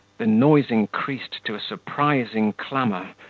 the noise increased to a surprising clamour,